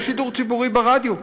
יש שידור ציבורי ברדיו,